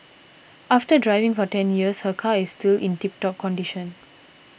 after driving for ten years her car is still in tip top condition